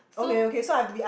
so